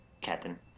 captain